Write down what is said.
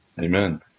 amen